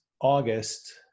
August